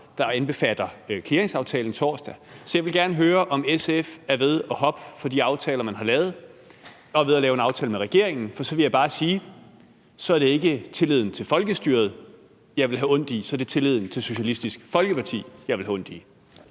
der indbefatter clearingaftalen torsdag. Så jeg vil gerne høre, om SF er ved at springe fra de aftaler, man har lavet, og er ved at lave en aftale med regeringen. For så vil jeg bare sige: Så er det ikke tilliden til folkestyret, jeg vil have ondt i. Så er det tilliden til Socialistisk Folkeparti, jeg vil have ondt i.